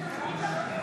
בעד אלמוג